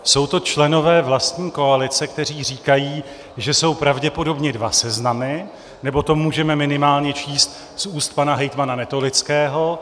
Jsou to členové vlastní koalice, kteří říkají, že jsou pravděpodobně dva seznamy, nebo to můžeme minimálně číst z úst pana hejtmana Netolického.